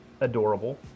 adorable